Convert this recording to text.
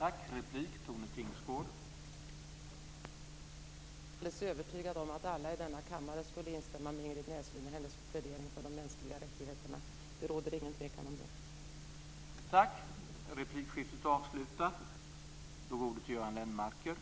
Herr talman! Jag är alldeles övertygad om att alla här i kammaren skulle instämma med Ingrid Näslund i hennes plädering för de mänskliga rättigheterna. Det råder inget tvivel om det.